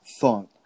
thought